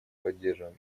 поддерживаем